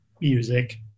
music